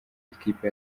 ikipe